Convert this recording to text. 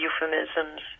euphemisms